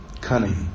Cunning